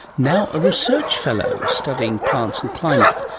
now a research fellow studying plants and climate.